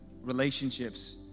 relationships